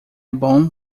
bom